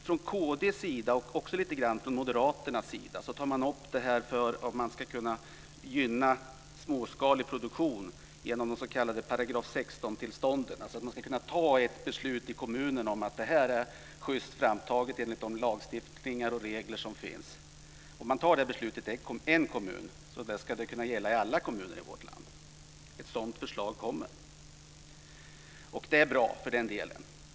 Från kd:s sida, och också lite från moderaternas sida, tar man upp det här om att man ska kunna gynna småskalig produktion genom de s.k. § 16-tillstånden, alltså att man ska kunna ta ett beslut i kommunen om att något är schyst framtaget enligt de lagstiftningar och regler som finns. Om man tar det beslutet i en kommun ska det kunna gälla i alla kommuner i vårt land. Ett sådant förslag kommer, och det är bra, för den delen.